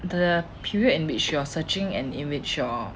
the period in which you're searching and in which you're